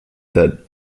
that